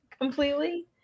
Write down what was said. completely